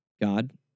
God